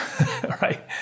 right